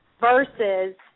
versus